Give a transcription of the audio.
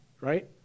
right